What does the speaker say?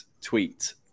tweet